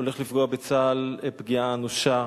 הולך לפגוע בצה"ל פגיעה אנושה,